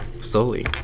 slowly